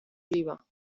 oliva